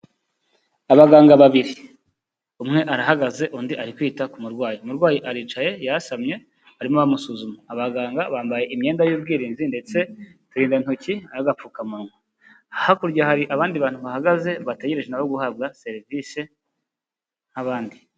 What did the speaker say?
Abaganga babiri umwe arahagaze undi ari kwita ku murwayi, umurwayi aricaye yasamye barimo bamusuzuma, abaganga bambaye imyenda y'ubwirinzi ndetse uturindantoki n'agapfukamunwa, hakurya hari abandi bantu bahagaze bategereje nabo guhabwa serivisi nk'abandi.